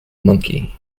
monkey